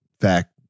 fact